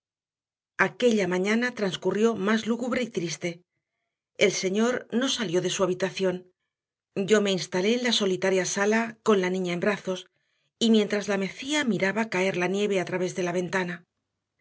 aquella mañana transcurrió más lúgubre y triste el señor no salió de su habitación yo me instalé en la solitaria sala con la niña en brazos y mientras le mecía miraba caer la nieve a través de la ventana